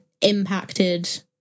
impacted